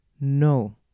No